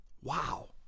Wow